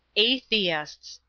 atheists!